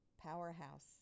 Powerhouse